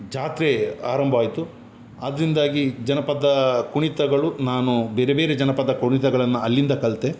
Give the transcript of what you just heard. ಜಾತ್ರೆ ಆರಂಭವಾಯ್ತು ಅದರಿಂದಾಗಿ ಜನಪದ ಕುಣಿತಗಳು ನಾನು ಬೇರೆ ಬೇರೆ ಜನಪದ ಕುಣಿತಗಳನ್ನು ಅಲ್ಲಿಂದ ಕಲಿತೆ